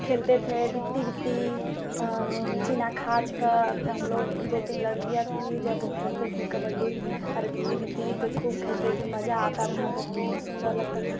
खेलते थे बित्ती बित्ती चिना खाँच का हमलोग दो तीन लड़कियाँ थीं जब वह खेलते थे कबड्डी और बित्ती बित्ती तो खूब खेलते थे मज़ा आता था बहुत सुन्दर लगता था